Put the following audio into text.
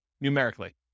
numerically